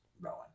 Rowan